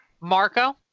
marco